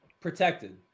Protected